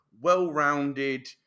well-rounded